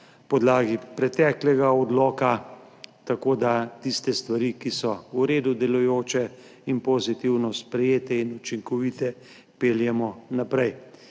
postavljen na podlagi preteklega odloka, tako da tiste stvari, ki so v redu delujoče in pozitivno sprejete in učinkovite, peljemo naprej.